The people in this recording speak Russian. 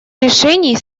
решений